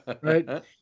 Right